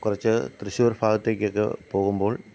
കുറച്ച് തൃശ്ശൂർ ഭാഗത്തേക്ക് ഒക്കെ പോകുമ്പോൾ